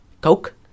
Coke